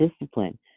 discipline